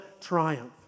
triumph